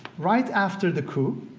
right after the coup,